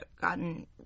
gotten